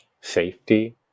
safety